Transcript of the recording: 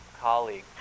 colleague